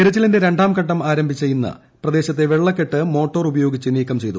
തെരച്ചിലിന്റെ രണ്ടാംഘട്ടം ആരംഭിച്ച ഇന്ന് പ്രദേശത്തെ വെളളക്കെട്ട് മോട്ടോർ ഉപയോഗിച്ച് നീക്കം ചെയ്തു